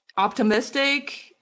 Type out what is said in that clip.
optimistic